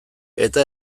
eta